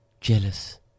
jealous